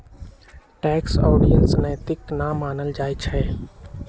tax avoidance नैतिक न मानल जाइ छइ